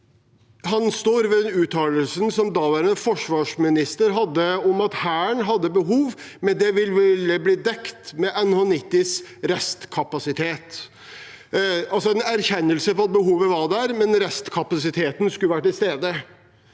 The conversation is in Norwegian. han står ved den uttalelsen som daværende forsvarsminister hadde om at Hæren hadde behov, men at det ville bli dekt av NH90s restkapasitet. Det var altså en erkjennelse av at behovet var der, men restkapasiteten skulle være til stede.